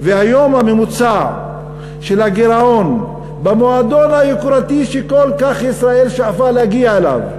והיום הממוצע של הגירעון במועדון היוקרתי שישראל כל כך שאפה להגיע אליו,